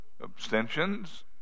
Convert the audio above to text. Abstentions